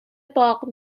باغ